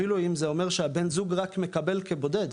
אפילו אם זה אומר שהבן זוג רק מקבל כבודד,